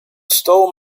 stole